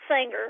singer